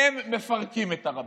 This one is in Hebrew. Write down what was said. הם מפרקים את הרבנות,